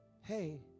hey